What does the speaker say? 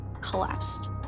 collapsed